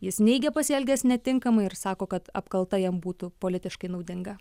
jis neigia pasielgęs netinkamai ir sako kad apkalta jam būtų politiškai naudinga